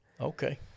Okay